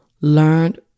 learned